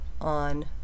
on